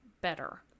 better